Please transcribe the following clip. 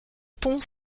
pont